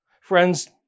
Friends